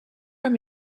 from